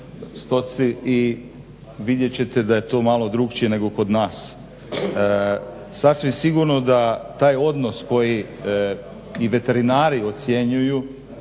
i vidjet ćete da je to malo drukčije nego kod nas. Sasvim sigurno da taj odnos koji i veterinari ocjenjuju